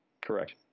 Correct